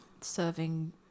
serving